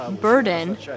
burden